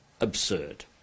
absurd